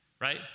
Right